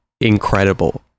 incredible